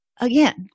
Again